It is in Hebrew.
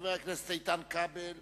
חבר הכנסת איתן כבל.